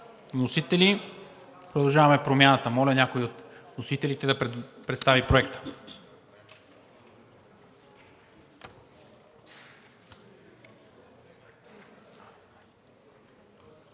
група на „Продължаваме Промяната“. Моля някой от вносителите да представи Проекта.